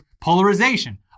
polarization